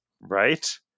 Right